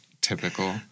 Typical